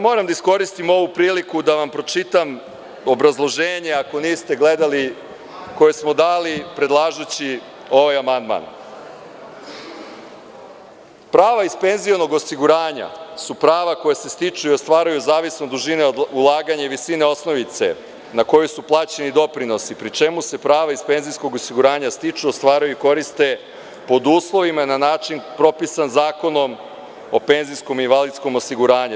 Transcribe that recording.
Moram da iskoristim ovu priliku da vam pročitam obrazloženje, ako niste gledali, koje smo dali predlažući ovaj amandman - prava iz penzionog osiguranja su prava koja se stiču i ostvaruju zavisno od dužine ulaganja i visine osnovice na koju su plaćeni doprinosi, pri čemu se prava iz penzijskog osiguranja stiču, ostvaruju i koriste pod uslovima i na način propisan zakonom o penzijskom i invalidskom osiguranju.